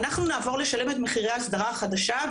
נעבור לשלם את מחירי ההסדרה החדשה.